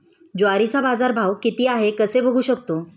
ज्वारीचा बाजारभाव किती आहे कसे बघू शकतो?